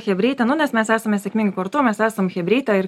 chebrytė nu nes mes esame sėkmingi kartu mes esam chebrytė ir